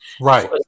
Right